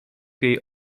jej